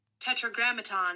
Tetragrammaton